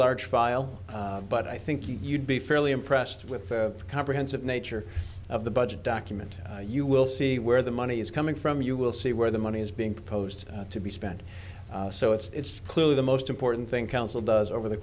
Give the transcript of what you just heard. large file but i think you'd be fairly impressed with the comprehensive nature of the budget document you will see where the money is coming from you will see where the money is being proposed to be spent so it's clearly the most important thing council does over the